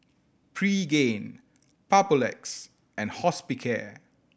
Pregain Papulex and Hospicare